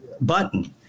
button